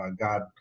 God